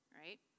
right